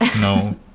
No